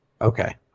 Okay